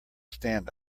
stand